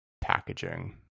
packaging